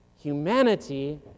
Humanity